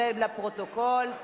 זה לפרוטוקול.